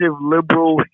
liberal